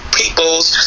people's